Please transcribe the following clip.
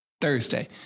Thursday